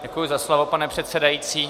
Děkuji za slovo, pane předsedající.